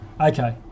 Okay